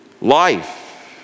life